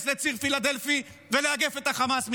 לציר פילדלפי ולאגף את החמאס מדרום.